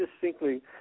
distinctly